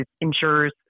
insurers